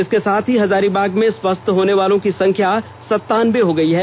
इसके साथ ही हजारीबाग में स्वस्थ होनेवालों की संख्या संतानबे हो गयी है